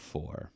Four